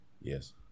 Yes